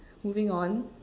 moving on